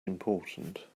important